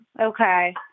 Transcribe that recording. Okay